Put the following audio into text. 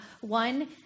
One